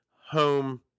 home